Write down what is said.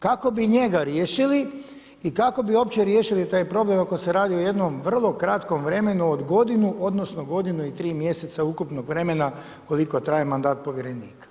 Kako bi njega riješili i kako bi uopće riješili taj problem ako se radi o jednom vrlo kratkom vremenu od godinu odnosno godinu i tri mjeseca ukupnog vremena koliko traje mandat povjerenika?